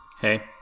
hey